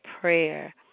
prayer